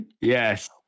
Yes